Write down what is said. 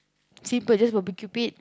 simple just barbeque pit